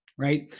Right